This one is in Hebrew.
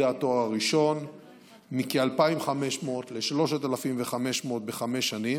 התואר הראשון מכ-2,500 ל-3,500 בחמש שנים.